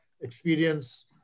experience